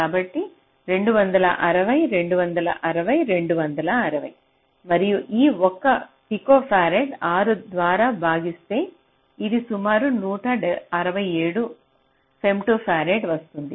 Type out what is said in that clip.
కాబట్టి 260 260 260 మరియు ఈ 1 పికోఫరాడ్ 6 ద్వారా భాగిస్తే ఇది సుమారు 167 ఫెమ్టో ఫరాడ్కు వస్తుంది